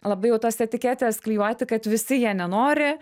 labai jau tos etiketės klijuoti kad visi jie nenori